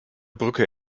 brücke